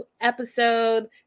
episode